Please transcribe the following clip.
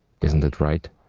is that right?